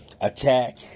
attack